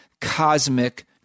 cosmic